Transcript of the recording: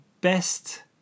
best